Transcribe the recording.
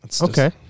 Okay